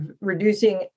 reducing